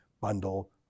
bundle